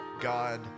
God